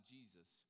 Jesus